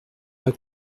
pas